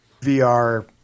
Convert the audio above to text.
VR